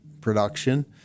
production